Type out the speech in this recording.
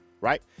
right